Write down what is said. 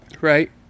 Right